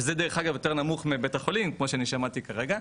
וזה דרך אגב יותר נמוך מבית החולים כמו שאני שמעתי כרגע.